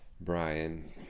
Brian